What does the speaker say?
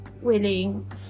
willing